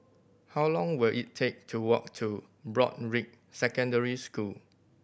how long will it take to walk to Broadrick Secondary School